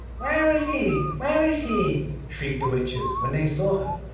where is he, where is he shrieked the witches when they saw her,